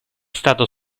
stato